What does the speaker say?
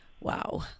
Wow